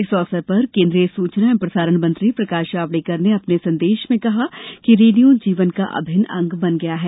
इस अवसर पर केन्द्रीय सूचना एवं प्रसारण मंत्री प्रकाश जावड़ेकर ने अपने संदेश में कहा कि रेडियो जीवन का अभिन्न अंग बन गया है